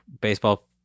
baseball